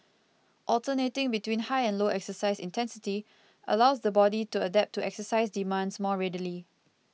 alternating between high and low exercise intensity allows the body to adapt to exercise demands more readily